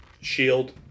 shield